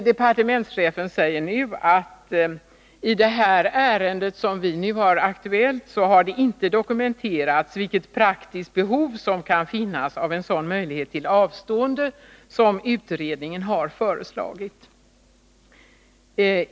Departementschefen säger nu att det i det ärende som vi nu har aktuellt inte har dokumenterats vilket praktiskt behov som kan finnas av en sådan möjlighet till avstående som utredningen har föreslagit.